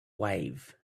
wave